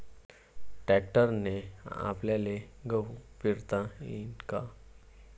ट्रॅक्टरने आपल्याले गहू पेरता येईन का?